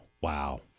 Wow